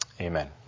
Amen